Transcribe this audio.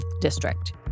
District